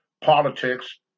politics